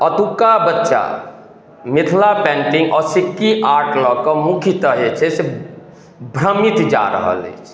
अतुक्का बच्चा मिथिला पेन्टिंग अऽ सिक्की आर्ट लऽ कऽ मुख्यतः जे छै से भ्रमित जा रहल अछि